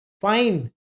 fine